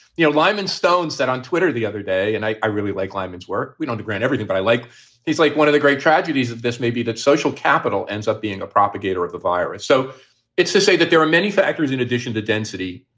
the alignment stones that on twitter the other day. and i i really like climates where we don't agree on everything. but i like he's like one of the great tragedies of this may be that social capital ends up being a propagator of the virus. so it's to say that there are many factors in addition to density,